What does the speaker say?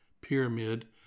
pyramid